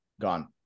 Gone